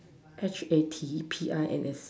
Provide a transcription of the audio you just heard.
H_A_T_P_I_N_S